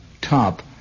top